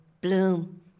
Bloom